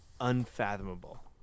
unfathomable